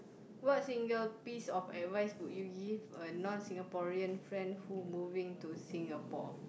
what single piece of advice would you give to a non Singaporean friend who moving to Singapore